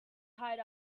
tied